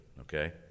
Okay